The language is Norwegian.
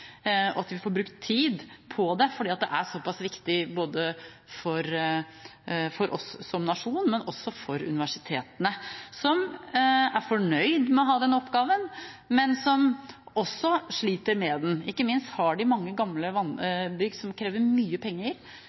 og at vi får brukt tid på det. For det er såpass viktig for oss som nasjon, og også for universitetene, som er fornøyd med å ha denne oppgaven, men som sliter med den. Ikke minst har de mange gamle bygg som krever mye penger